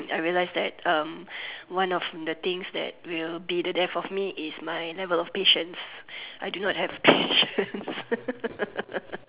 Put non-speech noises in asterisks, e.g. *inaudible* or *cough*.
I realised that um one of things that will be the death of me is my level of patience I do not have patience *laughs*